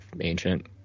ancient